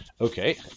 okay